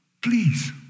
Please